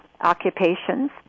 occupations